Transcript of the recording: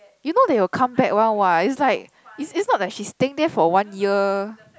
you know they will come back one what it's like it's it's not like she's staying there for one year